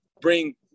bring